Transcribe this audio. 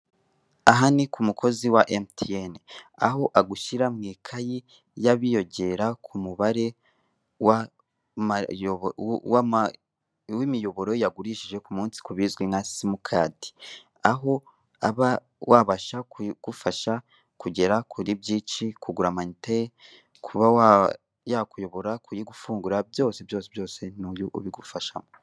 Aha ni ku mukozi wa MTN. Aho agushyira mu ikayi y'abiyongera ku mubare w'imiyoboro yagurishije ku munsi ku bizwi nka simu cadi. Aho aba wabasha kugufasha kugera kuri byinshi kugura ama inite, kuba yakuyobora, kuyigufungurira, byose byose mu buryo bwo kubigufashamo.